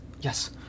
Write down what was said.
Yes